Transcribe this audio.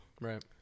right